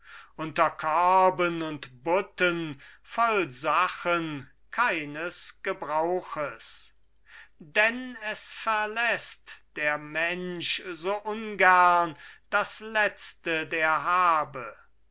unter körben und butten voll sachen keines gebrauches denn es verläßt der mensch so ungern das letzte der habe